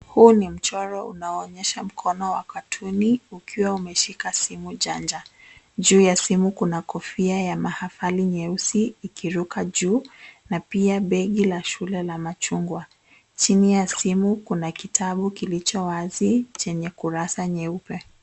Huu ni mchoro unaoonyesha mkono wa katuni ukiwa umeshika simu chanja. Juu ya simu kuna kofia ya mahafali nyeusi ikiruka juu na pia begi la shule la machungwa. Chini ya simu kuna kitabu kilicho wazi chenye kurasa nyeupe.